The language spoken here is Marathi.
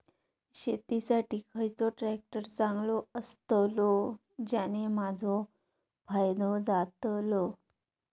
शेती साठी खयचो ट्रॅक्टर चांगलो अस्तलो ज्याने माजो फायदो जातलो?